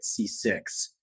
C6